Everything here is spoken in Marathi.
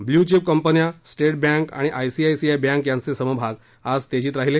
ब्ल्यूचिप कंपन्या स्टेट बँक आणि आयसीआयसीआय बँक यांचे समभाग आज तेजीत राहिले